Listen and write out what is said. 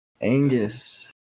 Angus